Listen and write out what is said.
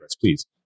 please